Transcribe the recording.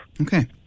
Okay